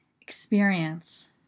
experience